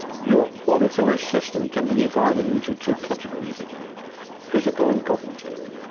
your auditory system can be divided into two categories again physical and cognitive.